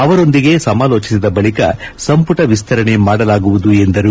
ಅವರೊಂದಿಗೆ ಸಮಾಲೋಟಿಸಿದ ಬಳಕ ಸಂಪುಟ ವಿಸ್ತರಣೆ ಮಾಡಲಾಗುವುದು ಎಂದರು